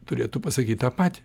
turėtų pasakyt tą patį